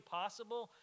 possible